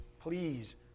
please